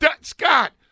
Scott